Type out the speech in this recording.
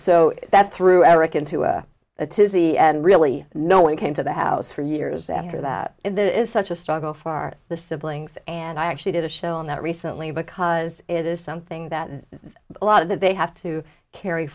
so that's through eric into a tizzy and really no one came to the house for years after that and that is such a struggle far the siblings and i actually did a show on that recently because it is something that a lot of that they have to carry